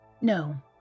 No